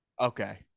okay